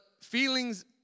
feelings